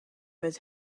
his